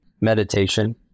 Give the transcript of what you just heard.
meditation